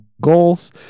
goals